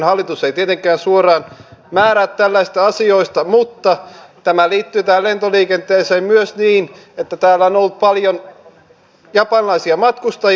hallitus ei tietenkään suoraan määrää tällaisista asioista mutta tämä liittyy tähän lentoliikenteeseen myös niin että täällä on ollut paljon japanilaisia matkustajia